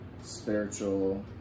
spiritual